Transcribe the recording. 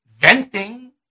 venting